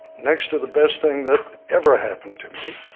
next to the best thing that ever happened to me,